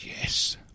yes